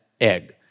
egg